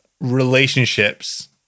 relationships